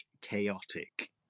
chaotic